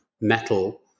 metal